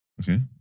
Okay